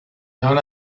down